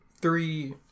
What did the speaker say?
three